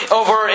over